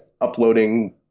uploading